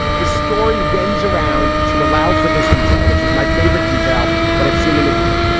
the story winds around to allow for this detail, which is my favorite detail that i've seen in a week.